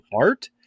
art